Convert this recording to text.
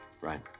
Right